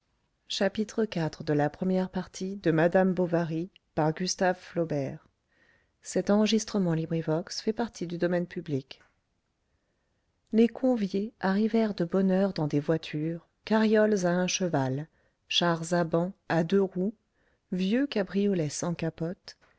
les conviés arrivèrent de bonne heure dans des voitures carrioles à un cheval chars à bancs à deux roues vieux cabriolets sans capote